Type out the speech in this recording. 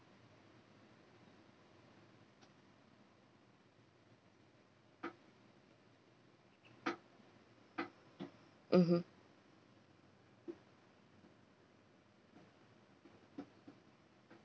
mmhmm